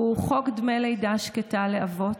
הוא חוק דמי לידה שקטה לאבות.